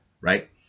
right